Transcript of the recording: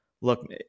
Look